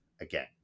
again